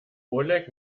oleg